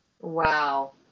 Wow